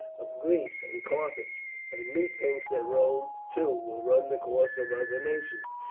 of greece, and carthage and methinks that rome, too, will run the course of other nations,